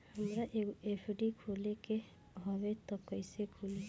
हमरा एगो एफ.डी खोले के हवे त कैसे खुली?